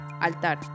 Altar